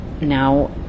Now